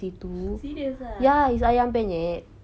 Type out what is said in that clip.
serious ah